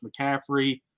McCaffrey